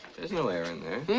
there's no air in there.